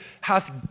hath